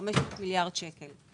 כ-15 מיליארד שקלים.